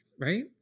Right